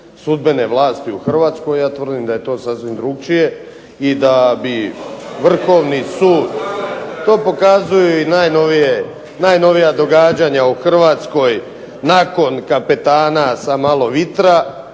sudbene vlasti u Hrvatskoj, ja tvrdim da je to sasvim drukčije i da bi Vrhovni sud … /Upadica se ne razumije./… To pokazuje i najnovije, najnovija događanja u Hrvatskoj nakon "kapetana sa malo vitra"